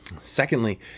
secondly